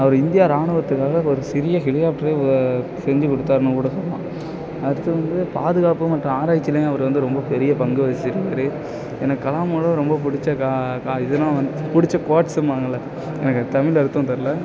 அவர் India ராணுவத்துக்காக ஒரு சிறிய ஹெளிகாப்ட்ரே ஓ செஞ்சு கொடுத்தாருனு கூட சொல்லலாம் அடுத்து வந்து பாதுகாப்பும் மற்றும் ஆராய்ச்சிலையும் அவர் வந்து ரொம்ப பெரிய பங்கு வகுச்சிருக்கார் எனக்கு கலாமோட ரொம்ப புடிச்ச கா க இதுனால் வந்து புடிச்ச க்வாட்ஸ்ன்பாங்கள்ல எனக்கு அது தமிழ் அர்த்தம் தெரில